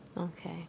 Okay